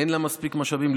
אין לה מספיק משאבים.